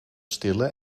stille